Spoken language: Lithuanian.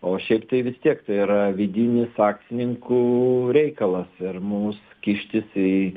o šiaip tai vis tiek tai yra vidinis akcininkų reikalas ir mums kištis į